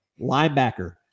linebacker